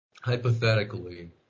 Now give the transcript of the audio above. hypothetically